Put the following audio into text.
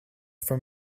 from